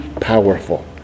powerful